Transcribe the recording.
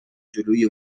جلوی